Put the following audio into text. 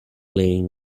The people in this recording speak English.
laying